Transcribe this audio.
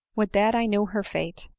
would that i knew her fate!